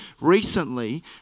recently